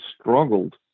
struggled